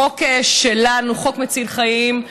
החוק שלנו הוא חוק מציל חיים.